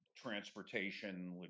transportation